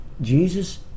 Jesus